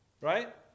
right